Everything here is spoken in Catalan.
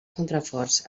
contraforts